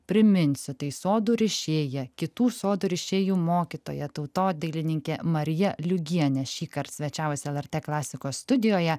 priminsiu tai sodų rišėja kitų sodų rišėjų mokytoja tautodailininkė marija liugienė šįkart svečiavosi lrt klasikos studijoje